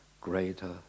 greater